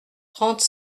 trente